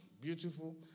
beautiful